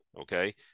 Okay